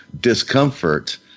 discomfort –